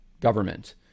government